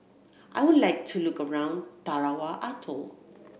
I would like to look around Tarawa Atoll